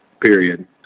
period